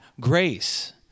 grace